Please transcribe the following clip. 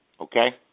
okay